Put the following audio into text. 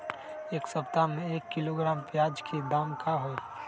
एक सप्ताह में एक किलोग्राम प्याज के दाम का होई?